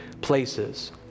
places